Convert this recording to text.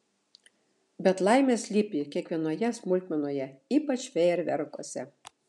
bet laimė slypi kiekvienoje smulkmenoje ypač fejerverkuose